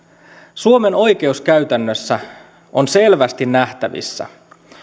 suomen oikeuskäytännössä on selvästi nähtävissä